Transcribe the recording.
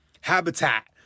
habitat